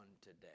today